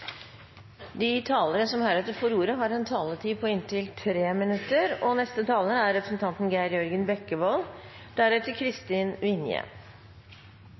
De talere som heretter får ordet, har en taletid på inntil 3 minutter. Familievernet har en viktig rolle og funksjon. Kristelig Folkeparti er